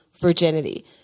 virginity